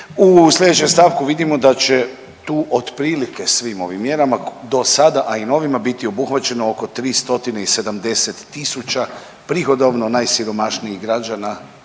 u sljedećem stavku vidimo da će tu otprilike svim ovim mjerama do sada, a i novima, biti obuhvaćeno oko 370 tisuća prihodovno najsiromašnijih građana